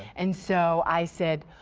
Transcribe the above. and so i said,